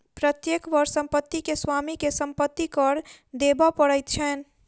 प्रत्येक वर्ष संपत्ति के स्वामी के संपत्ति कर देबअ पड़ैत छैन